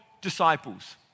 disciples